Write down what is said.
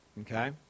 Okay